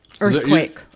earthquake